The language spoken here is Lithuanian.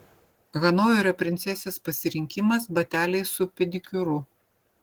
hanoverio princesės pasirinkimas bateliai su pedikiūru